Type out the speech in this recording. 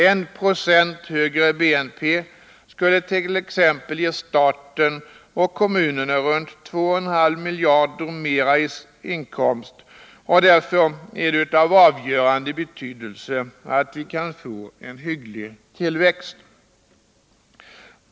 1 90 högre BNP skulle t.ex. ge staten och kommunerna omkring 2,5 miljarder mer i inkomst. Därför är det av avgörande betydelse att vi kan få en hygglig tillväxt.